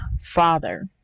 Father